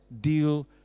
deal